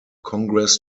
congress